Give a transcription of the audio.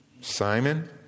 Simon